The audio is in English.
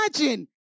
imagine